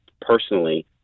personally